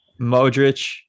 Modric